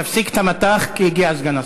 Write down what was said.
תפסיק את המטח כי הגיע סגן השר.